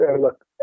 look